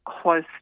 close